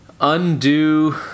undo